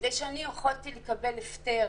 כדי שאוכל לקבל הפטר